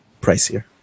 pricier